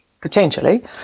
potentially